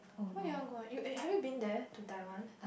why you want to go ah have have you been there to Taiwan